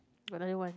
another one